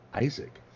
Isaac